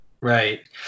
Right